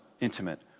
intimate